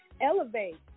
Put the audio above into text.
elevate